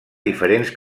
diferents